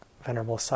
Venerable